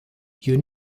you